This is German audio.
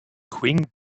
qing